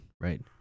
right